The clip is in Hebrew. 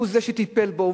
הוא זה שטיפל בו,